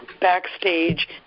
backstage